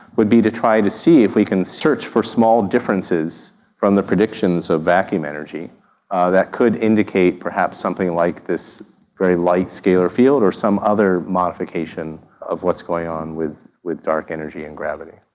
would be to try to see if we can search for small differences from the predictions of vacuum energy that could indicate perhaps something like this very light scalar field or some other modification of what's going on with with dark energy and gravity.